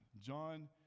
John